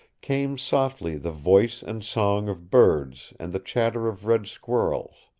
came softly the voice and song of birds and the chatter of red squirrels.